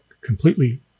completely